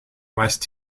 west